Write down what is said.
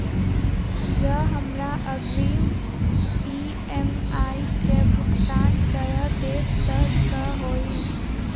जँ हमरा अग्रिम ई.एम.आई केँ भुगतान करऽ देब तऽ कऽ होइ?